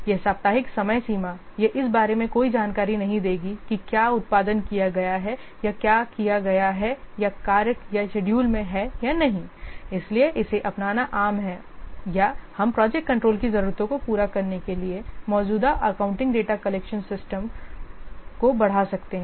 यह साप्ताहिक समयसीमा यह इस बारे में कोई जानकारी नहीं देगी कि क्या उत्पादन किया गया है या क्या किया गया है या कार्य या शेडूल में है या नहींइसीलिए इसे अपनाना आम है या हम प्रोजेक्ट कंट्रोल की जरूरतों को पूरा करने के लिए मौजूदा अकाउंटिंग डेटा कलेक्शन सिस्टम को बढ़ा सकते हैं